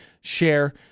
share